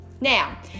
Now